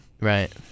Right